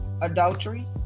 Adultery